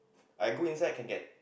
I go inside can get